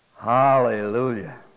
Hallelujah